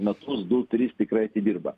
metus du tris tikrai atidirba